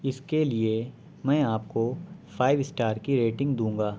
اس کے لیے میں آپ کو فائیو اسٹار کی ریٹنگ دوں گا